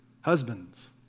Husbands